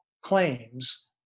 claims